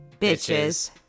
Bitches